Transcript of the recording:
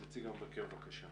נציג המבקר, בבקשה.